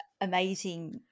amazing